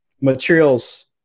materials